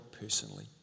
personally